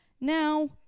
Now